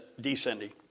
descending